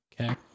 okay